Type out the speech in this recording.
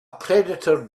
predator